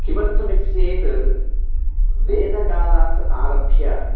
किमर्थम् इति चेत् वेदकालात् आरभ्य